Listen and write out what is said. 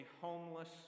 homeless